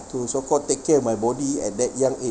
to so called take care of my body at that young age